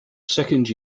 second